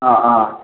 ആ ആ